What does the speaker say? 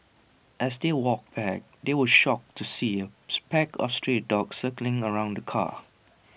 as they walked back they were shocked to see A pack of stray dogs circling around the car